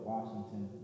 Washington